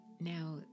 now